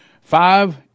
five